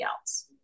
else